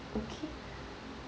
okay